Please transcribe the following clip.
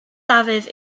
dafydd